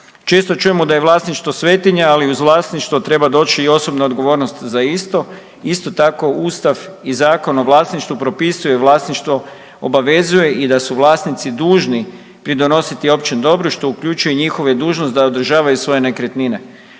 Često čujemo da je vlasništvo svetinja, ali uz vlasništvo treba doći i osobna odgovornost za isto. Isto tako Ustav i Zakon o vlasništvu propisuje vlasništvo obavezuje i da su vlasnici dužni pridonositi i općem dobru što uključuje i njihova je dužnost da održavaju svoje nekretnine